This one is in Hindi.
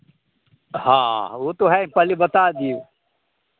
हाँ वो तो है पहले बता दिए